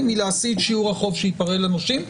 השנייה היא להשיא את שיעור החוב שייפרע לנושים.